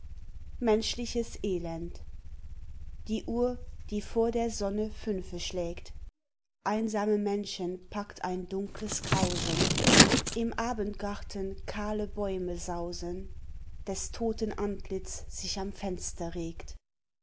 menschliches elend die uhr die vor der sonne fünfe schlägt einsame menschen packt ein dunkles grausen im abendgarten kahle bäume sausen des toten antlitz sich am fenster regt